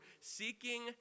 seeking